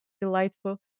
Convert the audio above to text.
delightful